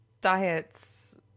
diets